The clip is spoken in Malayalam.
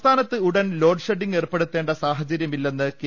സംസ്ഥാനത്ത് ഉടൻ ലോഡ് ഷെഡിങ് ഏർപ്പെടുത്തേണ്ട സാഹ ചര്യമില്ലെന്ന് കെ